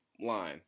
line